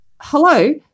hello